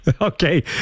Okay